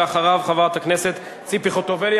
ואחריו, חברת הכנסת ציפי חוטובלי.